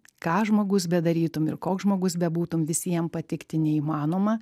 ką žmogus bedarytum ir koks žmogus bebūtum visiem patikti neįmanoma